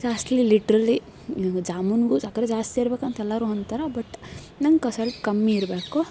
ಜಾಸ್ತಿ ಲಿಟ್ರಲಿ ನಂಗೆ ಜಾಮೂನಿಗೂ ಸಕ್ಕರೆ ಜಾಸ್ತಿ ಇರ್ಬೆಕಂತ ಎಲ್ಲರೂ ಅಂತಾರೆ ಬಟ್ ನಂಗೆ ಸ್ವಲ್ಪ ಕಮ್ಮಿ ಇರಬೇಕು